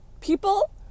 people